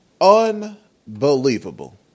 Unbelievable